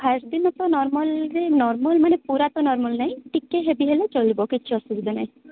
first ଦିନ ତ ନର୍ମାଲ୍ରେ ନର୍ମାଲ ମାନେ ପୁରା ତ ନର୍ମାଲ୍ ନାଇ ଟିକେ ହେଭି ହେଲେ ଚଳିବ କିଛି ଅସୁହିଧା ନାହିଁ